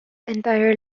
entire